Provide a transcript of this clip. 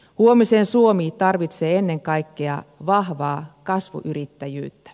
huomisen suomi tarvitsee ennen kaikkea vahvaa kasvuyrittäjyyttä